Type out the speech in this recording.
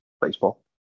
baseball